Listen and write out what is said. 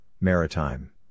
Maritime